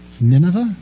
Nineveh